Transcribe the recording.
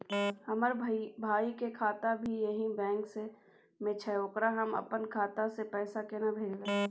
हमर भाई के खाता भी यही बैंक में छै ओकरा हम अपन खाता से पैसा केना भेजबै?